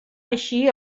així